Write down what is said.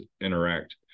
interact